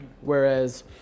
whereas